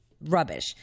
Rubbish